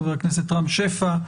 חבר הכנסת רם שפע,